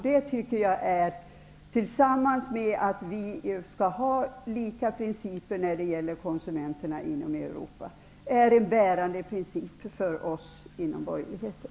Detta utgör, tillsammans med utgångspunkten att vi skall ha lika principer för konsumenterna inom Europa, en bärande princip för oss inom borgerligheten.